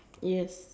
yes